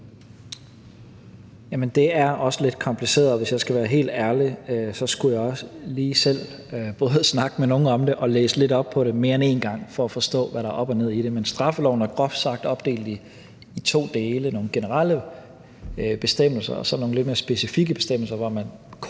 det er også lidt kompliceret, og hvis jeg skal være helt ærlig, så skulle jeg også lige selv både snakke med nogen om det og læse lidt op på det mere end en gang for at forstå, hvad der er op og ned i det. Men straffeloven er groft sagt opdelt i to dele: Nogle generelle bestemmelser, og så nogle lidt mere specifikke bestemmelser, hvor man kort